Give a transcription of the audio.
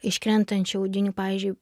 iš krentančių audinių pavyzdžiui